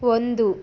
ಒಂದು